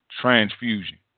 transfusion